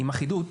עם אחידות,